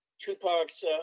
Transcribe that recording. Tupac's